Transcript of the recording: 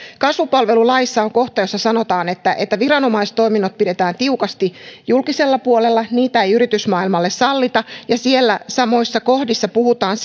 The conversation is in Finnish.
kasvupalvelulaissa on kohta jossa sanotaan että että viranomaistoiminnot pidetään tiukasti julkisella puolella niitä ei yritysmaailmalle sallita ja siellä samoissa kohdissa puhutaan